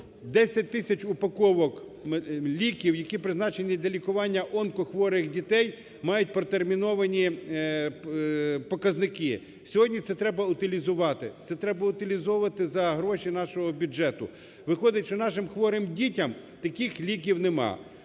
10 тисяч упаковок ліків, які призначені для лікування онкохворих дітей мають протерміновані показники. Сьогодні це треба утилізувати, це треба утилізовувати за гроші нашого бюджету. Виходить, що нашим хворим дітям таких ліків немає.